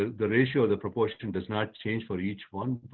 ah the ratio of the proportion does not change for each one.